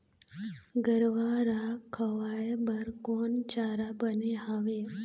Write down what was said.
गरवा रा खवाए बर कोन चारा बने हावे?